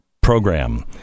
program